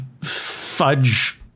fudge